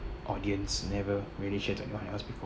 audience never really share to anyone else before